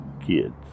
kids